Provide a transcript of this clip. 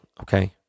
okay